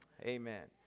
Amen